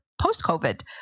post-COVID